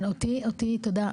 תודה,